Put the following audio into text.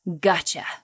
Gotcha